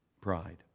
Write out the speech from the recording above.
Pride